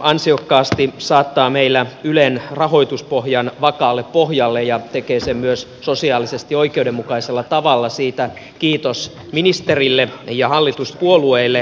ansiokkaasti saattaa meillä ylen rahoituspohjan vakaalle pohjalle ja tekee sen myös sosiaalisesti oikeudenmukaisella tavalla siitä kiitos ministerille ja hallituspuolueille